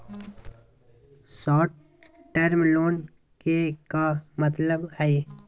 Short term loan के का मतलब हई?